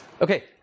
Okay